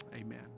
amen